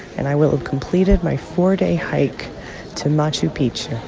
and i will have completed my four-day hike to machu picchu.